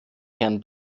herrn